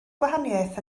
gwahaniaeth